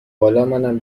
بالامنم